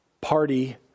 party